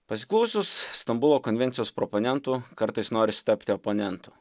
pasiklausius stambulo konvencijos proponentų kartais norisi tapti oponentu